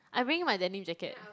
I bring my denim jacket